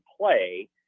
play